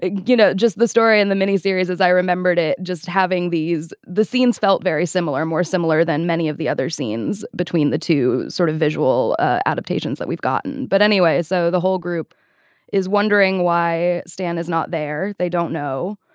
you know just the story in the mini series as i remembered it just having these the scenes felt very similar more similar than many of the other scenes between the two sort of visual adaptations that we've gotten. but anyway. so the whole group is wondering why stan is not there. they don't know.